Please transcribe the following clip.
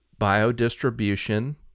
biodistribution